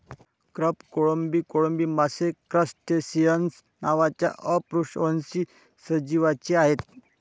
crab, कोळंबी, कोळंबी मासे क्रस्टेसिअन्स नावाच्या अपृष्ठवंशी सजीवांचे आहेत